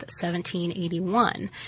1781